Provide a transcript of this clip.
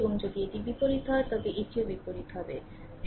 এবং যদি এটির বিপরীত হয় তবে এটিও বিপরীত হবে